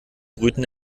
brüten